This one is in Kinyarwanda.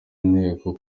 inteko